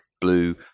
blue